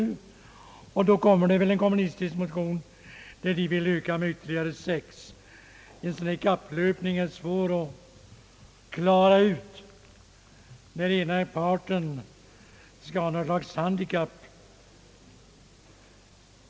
Och då väcks det väl en kommunistisk motion med yrkande om ytterligare fem—sex tjänster. Det är svårt att klara av en sådan där kapplöpning, där den ena parten alltid skaffar sig ett slags handikapp.